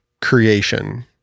creation